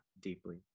deeply